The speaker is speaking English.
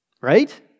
Right